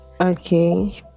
okay